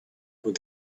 with